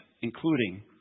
including